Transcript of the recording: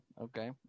Okay